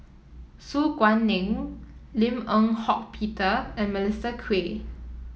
Su Guaning Lim Eng Hock Peter and Melissa Kwee